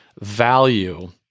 value